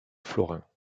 florins